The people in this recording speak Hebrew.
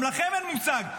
גם לכם אין מושג.